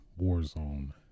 Warzone